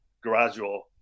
gradual